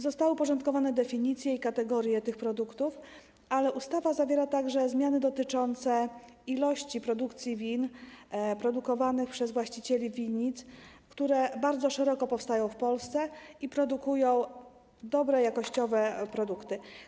Zostały uporządkowane definicje i kategorie tych produktów, ale ustawa zawiera także zmiany dotyczące ilości win produkowanych przez właścicieli winnic, których bardzo dużo powstaje w Polsce i które wytwarzają dobre, jakościowe produkty.